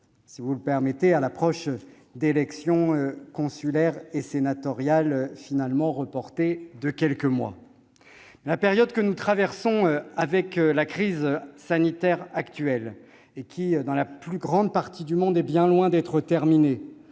chers collègues, à l'approche d'élections consulaires et sénatoriales finalement reportées de quelques mois ... La période que nous traversons actuellement, avec la crise sanitaire, qui, dans la plus grande partie du monde, est bien loin d'être terminée,